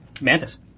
Mantis